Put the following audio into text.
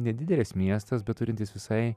nedidelis miestas bet turintis visai